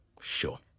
Sure